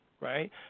right